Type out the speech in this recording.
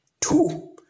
two